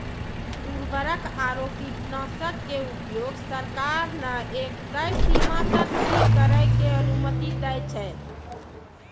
उर्वरक आरो कीटनाशक के उपयोग सरकार न एक तय सीमा तक हीं करै के अनुमति दै छै